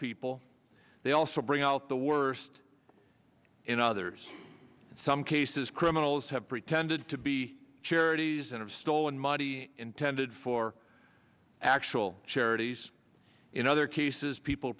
people they also bring out the worst in others and some cases criminals have pretended to be charities and have stolen money intended for actual charities in other cases people